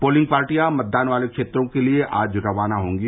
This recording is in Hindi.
पोलिंग पार्टियां मतदान वाले क्षेत्रों के लिये आज रवाना होगी